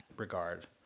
regard